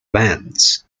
bands